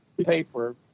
paper